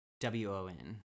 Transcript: W-O-N